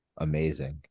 Amazing